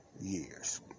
years